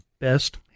best